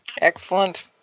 Excellent